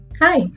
Hi